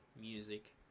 music